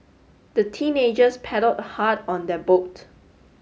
the teenagers paddled hard on their boat